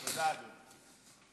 תודה, אדוני.